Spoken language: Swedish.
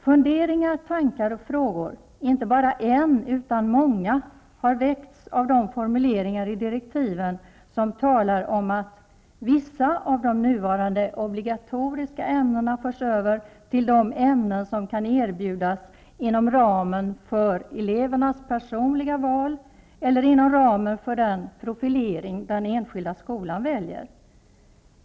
Funderingar, tankar och frågor -- inte bara en utan många -- har väckts av de formuleringar i direktiven där det talas om att ''vissa av de nuvarande obligatoriska ämnena förs över till de ämnen som kan erbjudas inom ramen för elevernas personliga val eller inom ramen för den profilering den enskilda skolan väljer.''